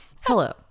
Hello